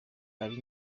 ari